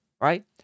right